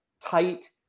tight